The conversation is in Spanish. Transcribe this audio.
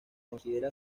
considera